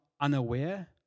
unaware